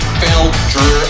filter